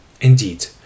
Indeed